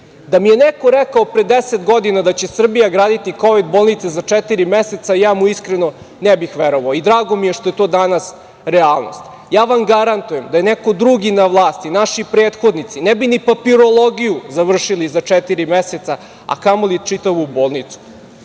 Da mi je neko rekao pre deset godina da će Srbija graditi kovid-bolnice za četiri meseca, ja mu iskreno ne bih verovao. Drago mi je što je to danas realnost. Ja vam garantujem, da je neko drugi na vlasti, naši prethodnici ne bi ni papirologiju završili za četiri meseca, a kamoli čitavu bolnicu.